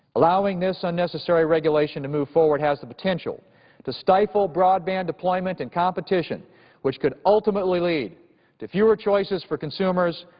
allowing this unnecessary regulation to move forward has the potential to stifle broadband deployment and competition which would ultimately lead to fewer choices for consumers,